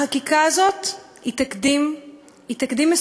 החקיקה הזאת היא תקדים מסוכן,